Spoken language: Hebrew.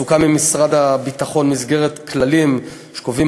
סוכם עם משרד הביטחון על מסגרת כללים שקובעים